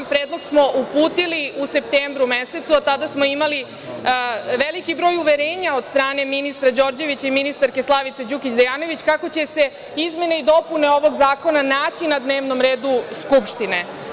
Predlog smo uputili u septembru mesecu, a tada smo imali veliki broj uverenja od strane ministra Đorđevića i ministarke Slavice Đukić Dejanović, kako će se izmene i dopune ovog zakona naći na dnevnom redu Skupštine.